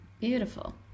Beautiful